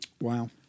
Wow